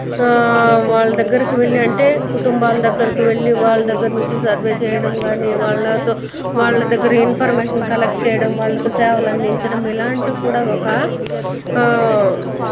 వాళ్ళ దగ్గరికి వెళ్ళి అంటే కుటుంబాల దగ్గరికి వెళ్ళి వాళ్ళ దగ్గర నుంచి సర్వే చేయడం కానీ వాళ్ళతో వాళ్ళ దగ్గర ఇన్ఫర్మేషన్ కలెక్ట్ చేయడం వాళ్ళకి సేవలు అందించడం ఇలాంటివి కూడా ఒక